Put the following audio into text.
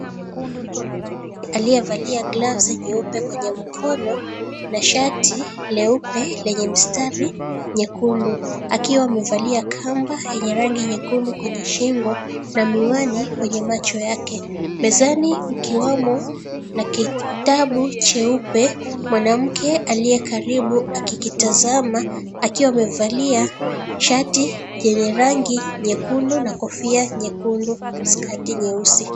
Aliyevalia glavu nyeupe kwenye mkono na shati leupe lenye mistari nyekundu, akiwa amevalia kamba yenye rangi nyekundu kwenye shingo na miwani kwenye macho yake. Mezani ikiwemo na kitabu cheupe, mwanamke aliye karibu akikitazama akiwa amevali shati yenye rangi nyekundu na kofia nyekundu, skati nyeusi.